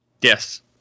Yes